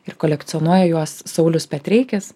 ir kolekcionuoja juos saulius petreikis